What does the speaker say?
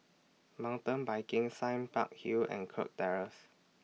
Mountain Biking Sime Park Hill and Kirk Terrace